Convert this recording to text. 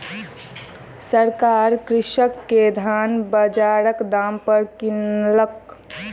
सरकार कृषक के धान बजारक दाम पर किनलक